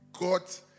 got